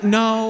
no